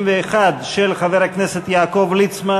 הסתייגות 61 של חבר הכנסת יעקב ליצמן,